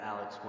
Alex